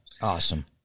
Awesome